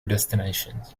destinations